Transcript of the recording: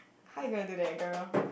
how you gonna do that girl